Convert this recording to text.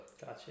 Gotcha